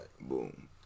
Boom